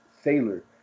Sailor